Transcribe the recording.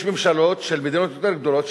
יש ממשלות של מדינות יותר גדולות,